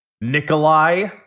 Nikolai